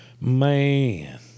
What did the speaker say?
Man